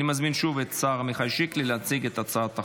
אני מזמין שוב את השר עמיחי שיקלי להציג את הצעת החוק.